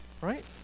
Right